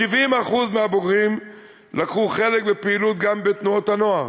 70% מהבוגרים לקחו חלק בפעילות גם בתנועות הנוער.